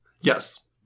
Yes